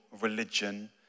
religion